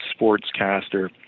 sportscaster